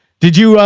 did you, ah,